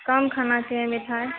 कम खाना चाहिए मिठाइ